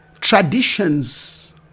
traditions